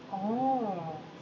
orh